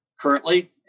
currently